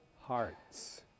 hearts